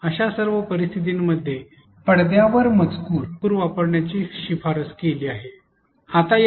अशा सर्व परिस्थितींमध्ये पडद्यावर मजकूर वापरण्याची शिफारस केली जाते